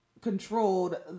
controlled